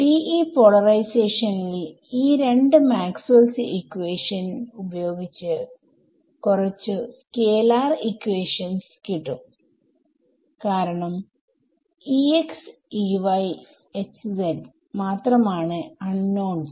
TE പോളറൈസേഷനിൽ ഈ രണ്ട് മാക്സ്വെൽസ് ഇക്വേഷൻ maxwells equation ഉപയോഗിച്ച് കുറച്ചു സ്കേലാർ ഇക്വേഷൻസ്കിട്ടുംകാരണം മാത്രമാണ് അൺനോൺസ്